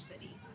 city